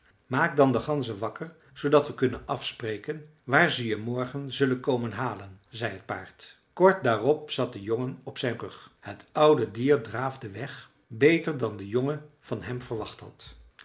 maak dan de ganzen wakker zoodat we kunnen afspreken waar ze je morgen zullen komen halen zei het paard kort daarop zat de jongen op zijn rug het oude dier draafde weg beter dan de jongen van hem verwacht had